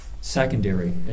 secondary